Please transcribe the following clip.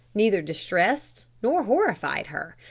neither distressed nor horrified her.